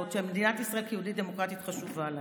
שמדינת ישראל כיהודית ודמוקרטית חשובה להם.